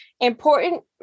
important